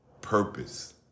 purpose